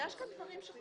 אפשר לכתוב דבר כזה?